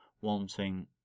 wanting